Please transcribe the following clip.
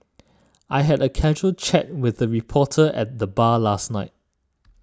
I had a casual chat with a reporter at the bar last night